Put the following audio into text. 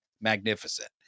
magnificent